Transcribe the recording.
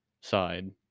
side